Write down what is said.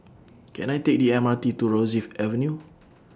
Can I Take The M R T to Rosyth Avenue